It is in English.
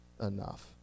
enough